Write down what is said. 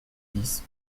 dix